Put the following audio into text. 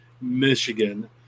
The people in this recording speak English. michigan